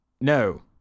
No